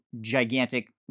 gigantic